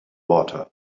water